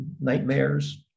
nightmares